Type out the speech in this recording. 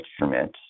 instruments